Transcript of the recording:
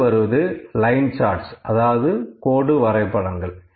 அடுத்து வருவது line charts அதாவது கோடு வரைபடங்கள்